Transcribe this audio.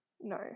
No